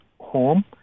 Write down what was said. home